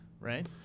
right